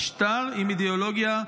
משטר עם אידיאולוגיה,